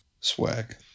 Swag